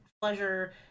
pleasure